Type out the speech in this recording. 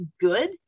good